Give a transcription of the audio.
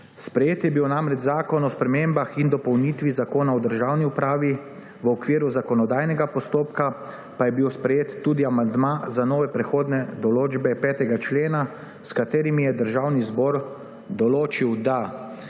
Sprejet je bil namreč Zakon o spremembah in dopolnitvi Zakona o državni upravi, v okviru zakonodajnega postopka pa je bil sprejet tudi amandma za nove prehodne določbe 5. člena, s katerimi je Državni zbor določil, da